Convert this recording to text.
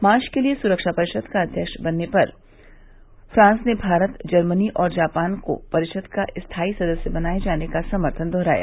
मार्च के लिए सुरक्षा परिषद का अध्यक्ष बनने पर फ्रांस ने भारत जर्मनी और जापान को परिषद का स्थायी सदस्य बनाए जाने का समर्थन दोहराया